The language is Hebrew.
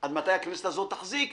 עד מתי הכנסת הזאת תחזיק,